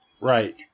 Right